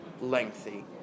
lengthy